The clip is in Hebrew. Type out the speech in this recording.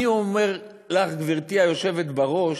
אני אומר לך, גברתי היושבת בראש,